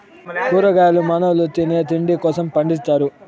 కూరగాయలు మానవుల తినే తిండి కోసం పండిత్తారు